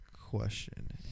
question